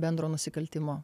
bendro nusikaltimo